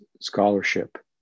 scholarship